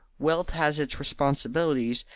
wealth has its responsibilities,